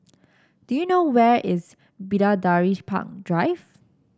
do you know where is Bidadari Park Drive